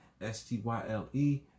S-T-Y-L-E